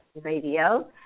Radio